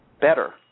better